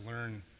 learn